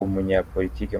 umunyapolitike